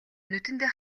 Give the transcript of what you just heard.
нүдэндээ